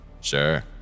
Sure